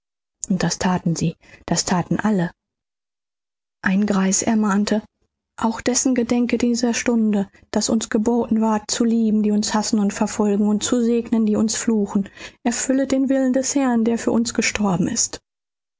und heiland nachsprechen das thaten sie das thaten alle ein greis ermahnte auch dessen gedenket in dieser stunde daß uns geboten ward zu lieben die uns hassen und verfolgen und zu segnen die uns fluchen erfüllet den willen des herrn der für uns gestorben ist